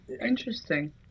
Interesting